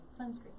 sunscreen